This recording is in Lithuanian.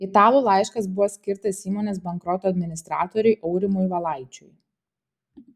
italų laiškas buvo skirtas įmonės bankroto administratoriui aurimui valaičiui